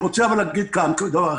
אני רוצה להגיד כאן דבר אחד: